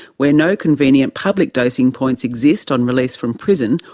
where no convenient public dosing points exist on release from prison,